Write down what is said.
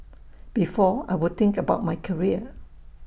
before I would think about my career